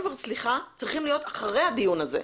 סליחה אבל אתם צריכים להיות כבר אחרי הדיון הזה.